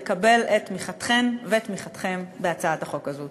לקבל את תמיכתכן ותמיכתכם בהצעת החוק הזו.